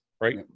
right